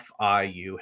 FIU